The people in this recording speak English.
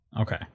Okay